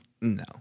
no